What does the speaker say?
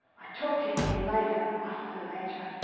i talked to him later after the lecture.